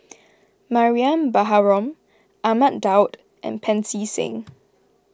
Mariam Baharom Ahmad Daud and Pancy Seng